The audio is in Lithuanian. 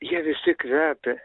jie visi kvepia